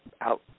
out